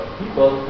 people